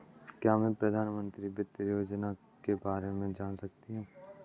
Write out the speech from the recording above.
क्या मैं प्रधानमंत्री वित्त योजना के बारे में जान सकती हूँ?